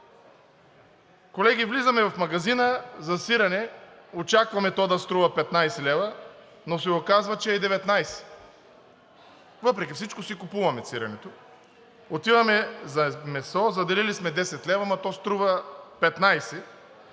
Колеги, влизаме в магазина за сирене, очакваме то да струва 15 лв., но се оказва, че е 19 лв. Въпреки всичко си купуваме сиренето. Отиваме за месо, заделили сме 10 лв., но то струва 15.